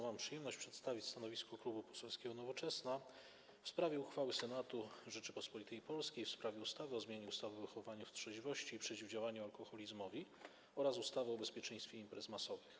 Mam przyjemność przedstawić stanowisko Klubu Poselskiego Nowoczesna wobec uchwały Senatu Rzeczypospolitej Polskiej w sprawie ustawy o zmianie ustawy o wychowaniu w trzeźwości i przeciwdziałaniu alkoholizmowi oraz ustawy o bezpieczeństwie imprez masowych.